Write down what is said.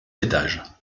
étages